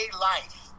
life